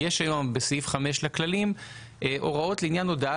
יש היום בסעיף 5 לכללים הוראות לעניין הודעה